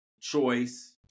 choice